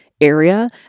area